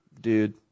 dude